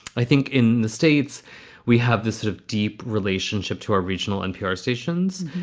i think in the states we have this sort of deep relationship to our regional npr stations,